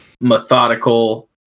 methodical